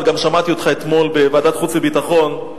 אבל גם שמעתי אותך אתמול בוועדת חוץ וביטחון,